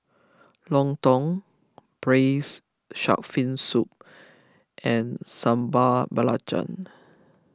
Lontong Braised Shark Fin Soup and Sambal Belacan